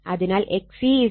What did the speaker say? അതിനാൽ XC8